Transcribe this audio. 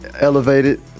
elevated